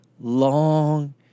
long